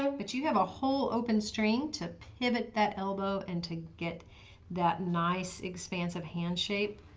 like but you have a whole open string to pivot that elbow and to get that nice expansive hand shape.